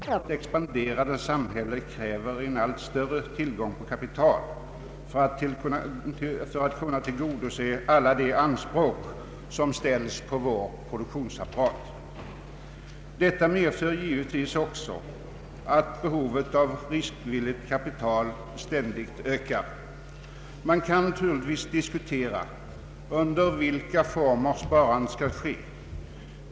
Herr talman! Herr Johan Olsson har främst uppehållit sig vid reservatio nen II, och därför skall jag inte kommentera den särskilt, Jag ber endast att få instämma i hans yrkande om bifall till denna reservation. Reservationen I utmynnar i en begäran om sparavdrag för olika aktiviteter som människor utövar i syfte att spara. I stort sett är väl utskottet ense om att vårt expanderande samhälle kräver en allt större tillgång på kapital för att kunna tillgodose alla anspråk som ställs på vår produktionsapparat. Detta medför givetvis också att behovet av riskvilligt kapital ständigt ökar. Man kan naturligtvis diskutera under vilka former sparandet skall ske.